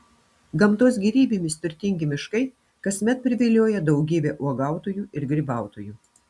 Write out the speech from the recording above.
gamtos gėrybėmis turtingi miškai kasmet privilioja daugybę uogautojų ir grybautojų